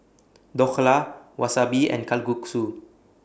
Dhokla Wasabi and Kalguksu